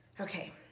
okay